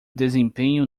desempenho